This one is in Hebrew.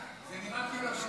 זה נראה כאילו אתה הולך למשוך זמן.